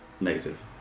negative